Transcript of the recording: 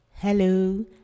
Hello